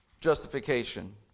justification